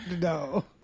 No